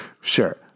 sure